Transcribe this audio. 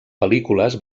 pel·lícules